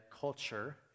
culture